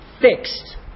fixed